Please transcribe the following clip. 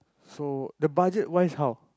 so the budget wise how